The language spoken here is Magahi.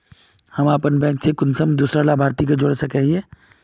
हम अपन बैंक से कुंसम दूसरा लाभारती के जोड़ सके हिय?